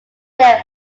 there